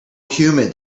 humid